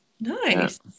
nice